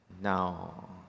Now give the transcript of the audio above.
Now